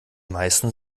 meisten